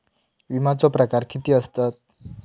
विमाचे प्रकार किती असतत?